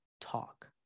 talk